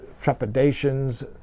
trepidations